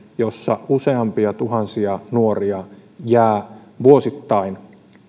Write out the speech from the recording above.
jossa useampia tuhansia nuoria jää vuosittain